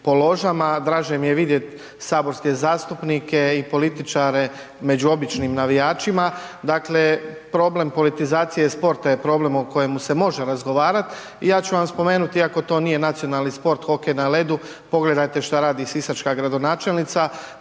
draže mi je vidjeti saborske zastupnike i političare među običnim navijačima. Dakle, problem politizacije sporta je problem o kojemu se može razgovarati i ja ću vam spomenuti iako to nije nacionalni sport, hokej na ledu, pogledajte šta radi sisačka gradonačelnica